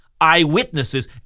eyewitnesses